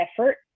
effort